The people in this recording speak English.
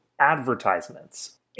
advertisements